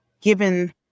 given